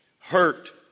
hurt